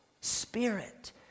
Spirit